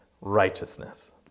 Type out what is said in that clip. righteousness